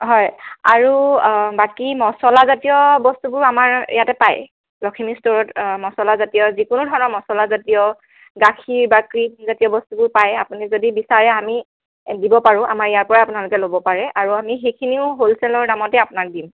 হয় আৰু বাকী মছলা জাতীয় বস্তুবোৰ আমাৰ ইয়াতে পায় লখিমী ষ্ট'ৰত মছলা জাতীয় যিকোনো ধৰণৰ মছলা জাতীয় গাখীৰ বা ক্ৰীম জাতীয় বস্তুবোৰ পায় আপুনি যদি বিচাৰে আমি দিব পাৰোঁ আপুনি আমাৰ ইয়াৰ পৰাই ল'ব পাৰে আৰু আমি সেইখিনিও হোলচেলৰ দামতেই আপোনাক দিম